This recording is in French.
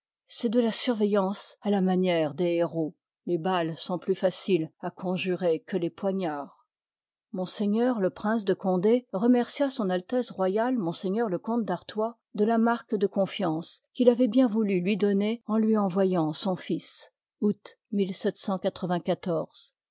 c'est de la surveillance à la manière des héros les balles sont plus faciles à conjurer que les poignards m le prince de condé remercia s a r ms le comte d'artois de la marque de confiance qu'il avoit bien voulu lui donner en fjl lui envoyant son fds